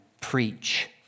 preach